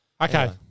Okay